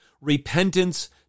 Repentance